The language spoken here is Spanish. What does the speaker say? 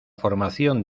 formación